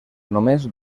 només